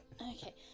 Okay